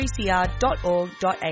3cr.org.au